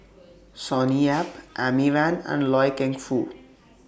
Sonny Yap Amy Van and Loy Keng Foo